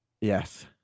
Yes